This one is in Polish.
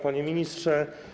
Panie Ministrze!